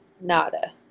nada